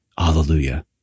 Hallelujah